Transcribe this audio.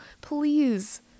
Please